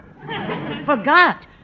Forgot